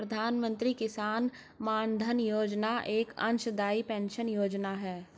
प्रधानमंत्री किसान मानधन योजना एक अंशदाई पेंशन योजना है